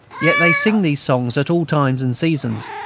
yet they sing these songs at all times and seasons.